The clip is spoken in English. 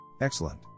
Excellent